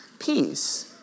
peace